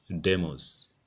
demos